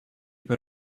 put